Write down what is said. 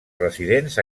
residents